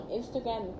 Instagram